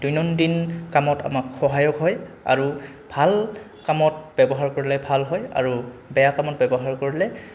দৈনন্দিন কামত আমাক সহায়ক হয় আৰু ভাল কামত ব্যৱহাৰ কৰিলে ভাল হয় আৰু বেয়া কামত ব্যৱহাৰ কৰিলে